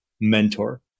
mentor